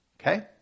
Okay